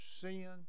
sin